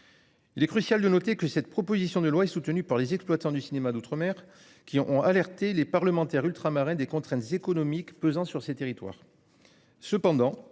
Il est crucial de noter que cette proposition de loi est soutenue par les exploitants du cinéma d'outre-mer qui ont alerté les parlementaires ultramarins des contraintes économiques pesant sur ces territoires.